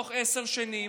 תוך עשר שנים,